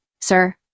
sir